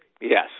Yes